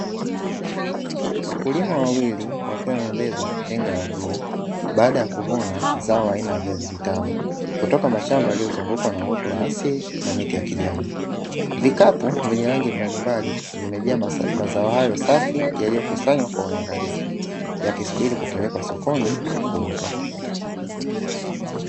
Wakulima wawili wakiwa wamebeba tenga la rangi ya bluu baada ya kuvuna zao la viazi vitamu, kutoka mashamba yaliyozungukwa na uoto wa asili na miti ya kijani, vikapu vya rangi mbalimbali vimejaa mazao hayo safi, yaliyokusanywa kwa uangalifu yakisubiri kupelekwa sokoni kuuzwa.